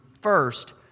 first